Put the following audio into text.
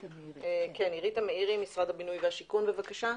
אירית המאירי, משרד הבינוי והשיכון, בבקשה.